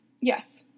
Yes